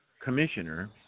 commissioner